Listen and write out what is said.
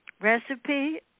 recipe